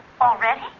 Already